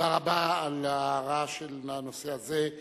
תודה רבה על ההארה של הנושא הזה.